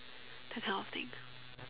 that kind of thing